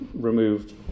removed